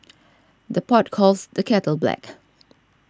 the pot calls the kettle black